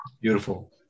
Beautiful